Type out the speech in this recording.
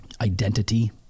identity